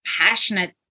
passionate